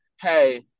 hey